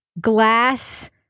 glass